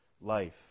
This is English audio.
life